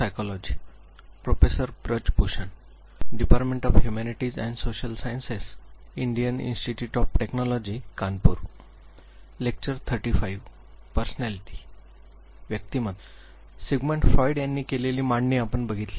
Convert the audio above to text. Sigmund Freud यांनी केलेली मांडणी आपण बघितली